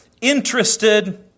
interested